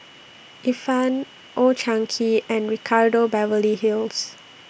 Ifan Old Chang Kee and Ricardo Beverly Hills